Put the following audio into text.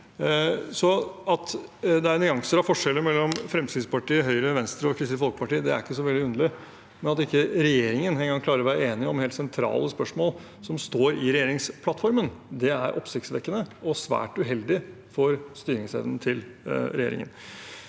Så at det er nyanser og forskjeller mellom Fremskrittspartiet, Høyre, Venstre og Kristelig Folkeparti, er ikke så veldig underlig, men at regjeringen ikke engang klarer å være enige om helt sentrale spørsmål som står i regjeringsplattformen, er oppsiktsvekkende og svært uheldig for styringsevnen til regjeringen.